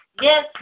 Yes